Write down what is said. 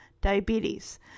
diabetes